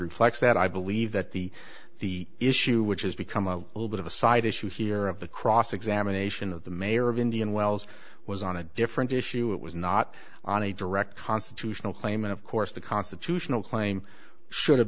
reflects that i believe that the the issue which has become a little bit of a side issue here of the cross examination of the mayor of indian wells was on a different issue it was not on a direct constitutional claim and of course the constitutional claim should have